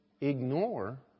ignore